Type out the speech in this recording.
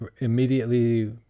immediately